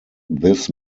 this